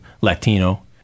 Latino